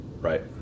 Right